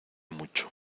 mucho